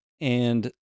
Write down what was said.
and-